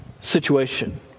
situation